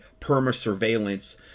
perma-surveillance